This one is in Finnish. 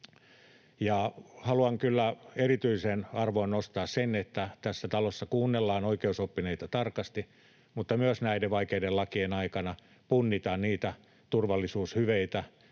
haluan kyllä erityiseen arvoon nostaa sen, että tässä talossa kuunnellaan oikeusoppineita tarkasti, mutta näiden vaikeiden lakien aikana punnitaan myös turvallisuushyveitä